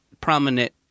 prominent